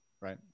right